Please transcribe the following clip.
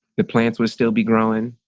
the plants would still be growing,